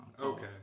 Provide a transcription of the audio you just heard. Okay